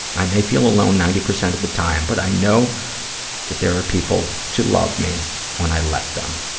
i may feel alone ninety percent of the time, but i know that there are people to love me when i let them.